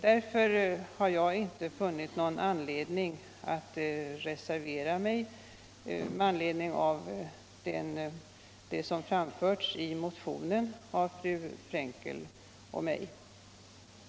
Jag har därför inte funnit någon anledning att reservera mig med anledning av det som framförts i motionen av fru Frenkel och mig.